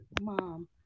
Mom